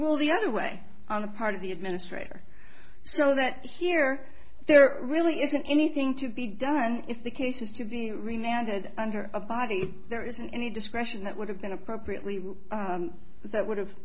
rule the other way on the part of the administrator so that here there really isn't anything to be done if the case is to be remanded under a body there isn't any discretion that would have been appropriately that would have